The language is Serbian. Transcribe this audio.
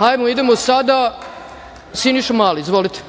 Hajmo, idemo sada Siniša Mali. Izvolite.